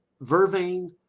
Vervain